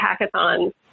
Hackathon